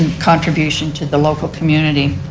contribution to the local community.